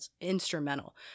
instrumental